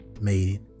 made